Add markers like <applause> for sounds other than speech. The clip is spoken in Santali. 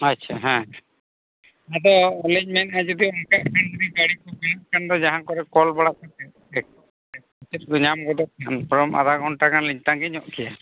ᱟᱪᱪᱷᱟ ᱦᱮᱸ ᱢᱮᱫᱴᱮᱱ ᱱᱚᱣᱟᱞᱤᱧ ᱢᱮᱱᱮᱜᱼᱟ <unintelligible> ᱡᱩᱫᱤ ᱫᱟᱲᱮ ᱠᱚ ᱠᱩᱞᱟᱹᱜ ᱠᱷᱟᱱ ᱫᱚ ᱡᱟᱦᱟᱸ ᱠᱚᱨᱮ ᱠᱚᱞ ᱵᱟᱲᱟ ᱠᱟᱛᱮᱫ <unintelligible> ᱧᱟᱢ ᱜᱚᱫᱚᱜ ᱠᱷᱟᱱ ᱵᱚᱨᱚᱢ ᱟᱫᱷᱟ ᱜᱷᱚᱱᱴᱟ ᱜᱟᱱ ᱞᱤᱧ ᱛᱟᱺᱜᱤ ᱧᱚᱜ ᱠᱮᱭᱟ